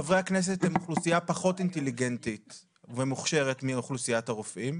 חברי הכנסת הם אוכלוסייה פחות אינטליגנטית ומוכשרת מאוכלוסיית הרופאים.